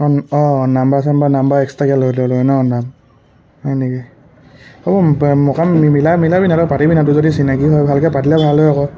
অঁ অঁ নাম্বাৰ চাম্বাৰ নাম্বাৰ এক্সট্ৰাকে হয় নেকি হ'ব যদি চিনাকি হয় ভালকে পাতিলে ভাল হয় আকৌ